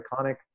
iconic